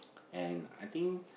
and I think